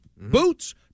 Boots